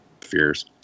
fears